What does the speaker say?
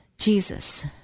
Jesus